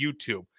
YouTube